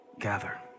gather